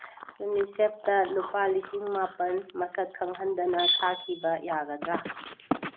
ꯌꯨꯅꯤꯁꯦꯞꯇ ꯂꯨꯄꯥ ꯂꯤꯁꯤꯡ ꯃꯥꯄꯟ ꯃꯁꯛ ꯈꯪꯍꯟꯗꯅ ꯊꯥꯈꯤꯕ ꯌꯥꯒꯗ꯭ꯔꯥ